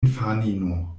infanino